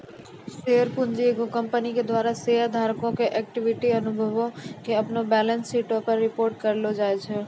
share पूंजी एगो company के द्वारा शेयर धारको के इक्विटी अनुभागो मे अपनो बैलेंस शीटो पे रिपोर्ट करलो जाय छै